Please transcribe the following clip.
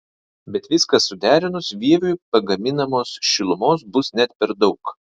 bet viską suderinus vieviui pagaminamos šilumos bus net per daug